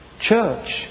church